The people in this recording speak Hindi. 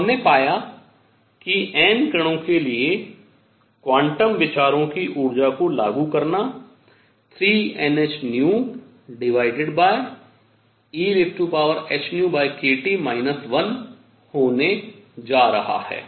तो हमने पाया कि N कणों के लिए क्वांटम विचारों की ऊर्जा को लागू करना 3NhνehνkT 1 होने जा रहा है